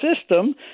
system